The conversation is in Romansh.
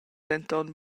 denton